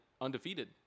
undefeated